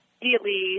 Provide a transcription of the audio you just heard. immediately